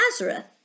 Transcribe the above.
Nazareth